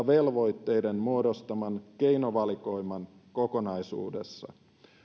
velvoitteiden muodostaman keinovalikoiman kokonaisuudessa